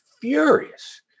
furious